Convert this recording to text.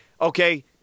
okay